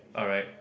alright